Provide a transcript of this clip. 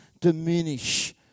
diminish